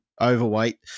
overweight